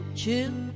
chill